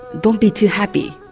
don't be too happy.